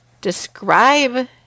describe